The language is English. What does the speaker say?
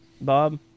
Bob